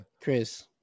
Chris